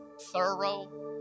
thorough